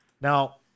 Now